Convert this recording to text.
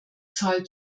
zahl